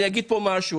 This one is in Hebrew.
אני אגיד פה משהו,